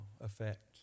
effect